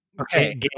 Okay